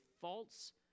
false